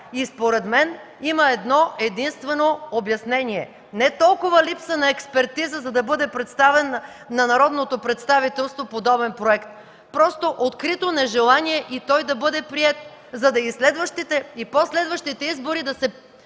Според мен има едно-единствено обяснение – не толкова липса на експертиза, за да бъде представен на народното представителство подобен проект, просто открито нежелание той да бъде приет, за да може следващите и по-следващите избори да се